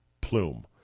plume